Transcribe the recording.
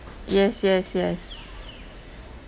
yes yes yes